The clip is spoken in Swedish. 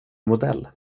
modell